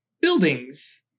buildings